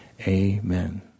amen